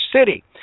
City